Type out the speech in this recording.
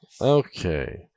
okay